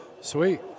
Sweet